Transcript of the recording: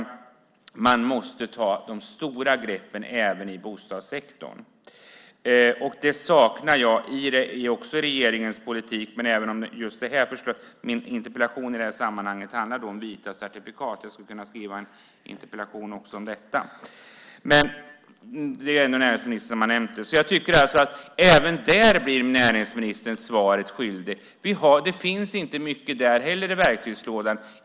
Man måste ta de stora greppen även i bostadssektorn, och det saknar jag i regeringens politik. Min interpellation handlar om vita certifikat. Jag skulle kunna skriva en interpellation om också detta, men nu är det ändå näringsministern som har nämnt det. Även här blir näringsministern svaret skyldig. Det finns inte mycket där heller i verktygslådan.